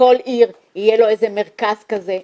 שבכל עיר יהיה לו מרכז כזה,